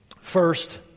first